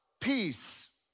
peace